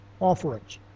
offerings